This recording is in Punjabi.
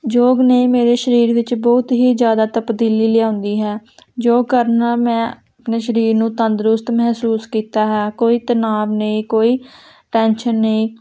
ਯੋਗ ਨੇ ਮੇਰੇ ਸਰੀਰ ਵਿੱਚ ਬਹੁਤ ਹੀ ਜ਼ਿਆਦਾ ਤਬਦੀਲੀ ਲਿਆਂਦੀ ਹੈ ਯੋਗ ਕਰਨ ਨਾਲ ਮੈਂ ਆਪਣੇ ਸਰੀਰ ਨੂੰ ਤੰਦਰੁਸਤ ਮਹਿਸੂਸ ਕੀਤਾ ਹੈ ਕੋਈ ਤਨਾਵ ਨਹੀ ਕੋਈ ਟੈਨਸ਼ਨ ਨਹੀਂ